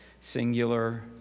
singular